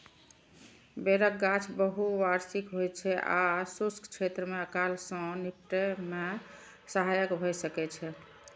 बेरक गाछ बहुवार्षिक होइ छै आ शुष्क क्षेत्र मे अकाल सं निपटै मे सहायक भए सकै छै